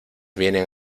vienen